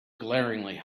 glaringly